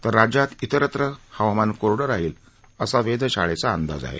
तर राज्यात इतरत्र हवामान कोरडं राहील असा वेधशाळेचा अंदाज आहे